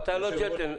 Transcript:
אבל אתה לא ג'נטלמן.